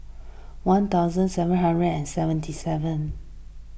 one thousand seven hundred and seventy seven